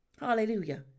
hallelujah